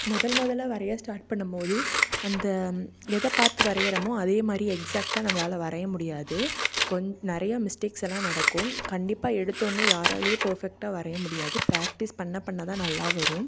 முதல் முதலாக வரைய ஸ்டார்ட் பண்ணும்போது அந்த எதை பார்த்து வரையிறோமோ அதே மாதிரி எக்ஸ்ஷேக்டாக நம்மளால் வரைய முடியாது கொஞ்சம் நிறையா மிஸ்டேக்ஸ்லாம் நடக்கும் கண்டிப்பாக எடுத்தோன்னே யாராலையும் பர்ஃபெக்டாக வரைய முடியாது பிராக்டீஸ் பண்ண பண்ண தான் நல்லா வரும்